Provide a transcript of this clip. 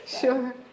Sure